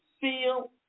feel